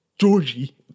Georgie